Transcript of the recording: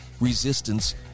resistance